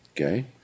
Okay